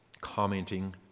commenting